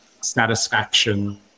satisfaction